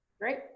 Great